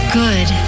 good